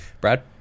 Brad